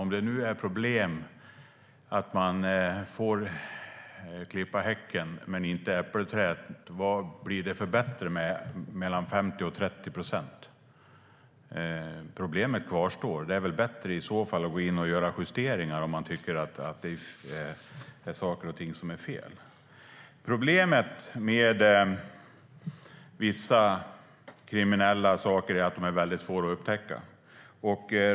Om det nu är ett problem att man får låta klippa häcken men inte äppelträd, vad blir bättre med förändringen från 50 till 30 procent? Problemet kvarstår ju. Det är väl i så fall bättre att gå in och göra justeringar om man tycker att det är saker och ting som är fel. Problemet med vissa kriminella saker är att de är väldigt svåra att upptäcka.